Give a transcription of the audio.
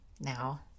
now